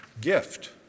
gift